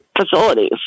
facilities